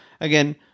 Again